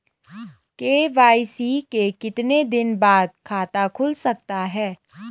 KYC के कितने दिन बाद खाता खुल सकता है?